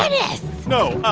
dennis no.